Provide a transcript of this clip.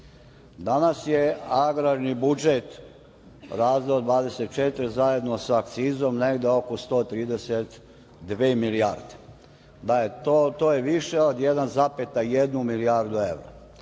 Danas je agrarni budžet razdeo 24, zajedno sa akcizom, negde oko 132 milijarde. To je više od 1,1 milijardu evra.